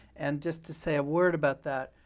and just to say a word about that,